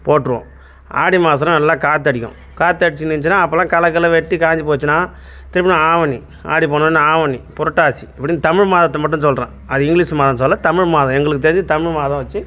போட்டுருவோம் ஆடி மாதம்லாம் நல்லா காற்றடிக்கும் காற்றடிச்சின்னு இருந்துச்சின்னால் அப்போலாம் கெளை கிளை வெட்டி காஞ்சு போச்சின்னால் திரும்ப ஆவணி ஆடி போனோடன ஆவணி புரட்டாசி இப்படின்னு தமிழ் மாதத்தை மட்டும் சொல்கிறேன் அது இங்கிலீஷ் மாதம் சொல்லலை தமிழ் மாதம் எங்களுக்கு தெரிஞ்சு தமிழ் மாதம் வச்சு